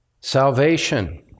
Salvation